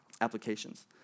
applications